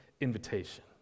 invitation